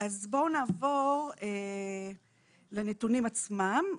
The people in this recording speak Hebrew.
נעבור לנתונים עצמם.